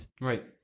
Right